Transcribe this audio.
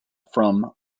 from